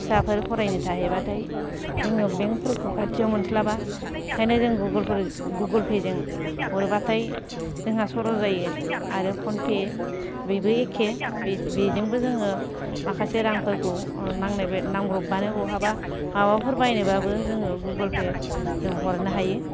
फिसाफोर फरायनो थाहैबाथाय जोङो बेंकफोरखौ खाथियाव मोनस्लाबा बेखायनो जों गुगोल पे जों हरोबाथाय जोंहा सर' जायो आरो फन पे बेबो एखे बेजोंबो जोङो माखासे रांफोरखौ नांनाय नांब्रबबानो बहाबा माबापोर बायनोबाबो जों गुगोल पे जों हरनो हायो